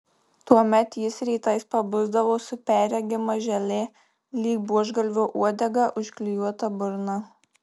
tuomet jis rytais pabusdavo su perregima želė lyg buožgalvio uodega užklijuota burna